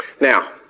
Now